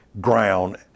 ground